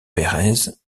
perez